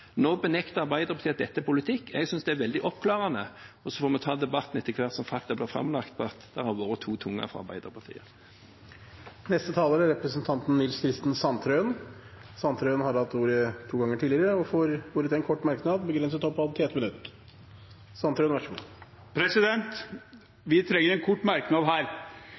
Nå benekter Arbeiderpartiet at dette er politikk. Jeg synes det er veldig oppklarende, og så får vi ta debatten etter hvert som fakta blir framlagt om at det har vært snakket med to tunger fra Arbeiderpartiet. Representanten Nils Kristen Sandtrøen har hatt ordet to ganger tidligere i debatten og får ordet til en kort merknad, begrenset til 1 minutt. Vi trenger en kort merknad her: